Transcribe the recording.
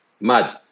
Mud